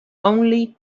only